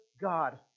God